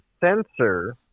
sensor